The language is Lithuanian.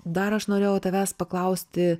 dar aš norėjau tavęs paklausti